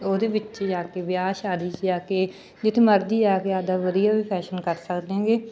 ਉਹਦੇ ਵਿੱਚ ਜਾ ਕੇ ਵਿਆਹ ਸ਼ਾਦੀ 'ਚ ਜਾ ਕੇ ਜਿੱਥੇ ਮਰਜ਼ੀ ਜਾ ਕੇ ਆਪਦਾ ਵਧੀਆ ਵੀ ਫੈਸ਼ਨ ਕਰ ਸਕਦੇ ਹੈਗੇ